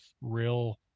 real